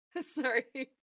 Sorry